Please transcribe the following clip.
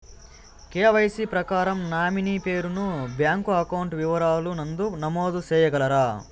KYC ప్రకారం nominee పేరు ను బ్యాంకు అకౌంట్ వివరాల నందు నమోదు సేయగలరా?